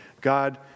God